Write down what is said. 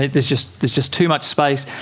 there's just there's just too much space.